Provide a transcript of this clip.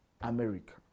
America